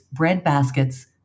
breadbaskets